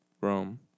Rome